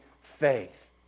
faith